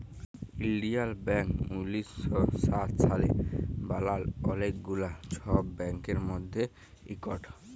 ইলডিয়াল ব্যাংক উনিশ শ সাত সালে বালাল অলেক গুলা ছব ব্যাংকের মধ্যে ইকট